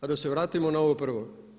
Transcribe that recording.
A da se vratimo na ovo prvo.